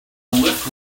lift